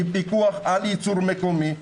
פיקוח על ייצור מקומי.